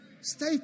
Stay